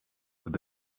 with